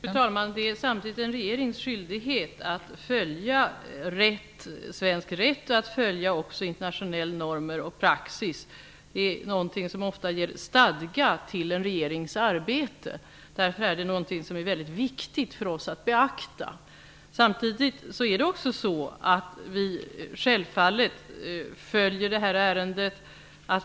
Fru talman! Det är samtidigt en regerings skyldighet att följa svensk rätt och att också följa internationella normer och praxis. Det är någonting som ofta ger stadga åt en regerings arbete. Det är därför någonting som det är väldigt viktigt för oss att beakta. Samtidigt följer vi självfallet ärendet.